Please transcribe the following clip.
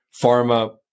pharma